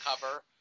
cover